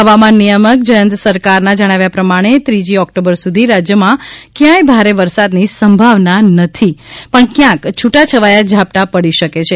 હવામાન નિયામક જયંત સરકારના જણાવ્યા પ્રમાણે ત્રીજી ઓક્ટોબર સુધી રાજ્યમાં ક્યાંય ભારે વરસાદની સંભાવના નથી પણ ક્યાંક છુટાછવાયા ઝાપટાં પડી શકે છે